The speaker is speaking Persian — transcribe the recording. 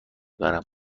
برم